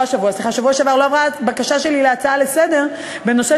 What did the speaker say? לא עברה בקשה שלי להצעה לסדר-היום בנושא